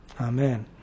Amen